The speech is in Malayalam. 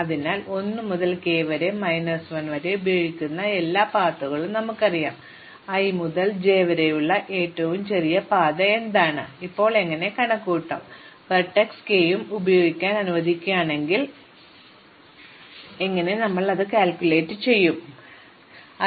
അതിനാൽ 1 മുതൽ k വരെ മൈനസ് 1 വരെ ഉപയോഗിക്കുന്ന എല്ലാ പാതകളിലും നമുക്കറിയാം i മുതൽ j വരെയുള്ള ഏറ്റവും ചെറിയ പാത എന്താണ് ഞങ്ങൾ ഇപ്പോൾ എങ്ങനെ കണക്കുകൂട്ടും വെർട്ടെക്സ് k ഉം ഉപയോഗിക്കാൻ അനുവദിക്കുകയാണെങ്കിൽ നിങ്ങൾ എങ്ങനെ കണക്കുകൂട്ടും എന്ത് i മുതൽ j വരെയുള്ള ഏറ്റവും ചെറിയ പാതയായിരിക്കുക